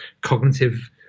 cognitive